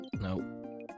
No